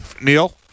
Neil